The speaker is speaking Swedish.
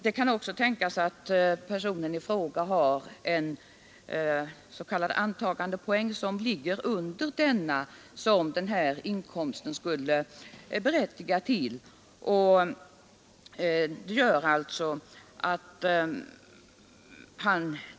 Det kan också tänkas att personen i fråga har en s.k. antagandepoäng som ligger under den som den här inkomsten skulle berättiga till.